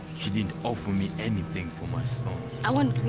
she didn't offer me anything for my stones. i want